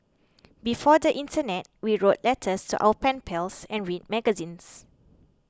before the internet we wrote letters to our pen pals and read magazines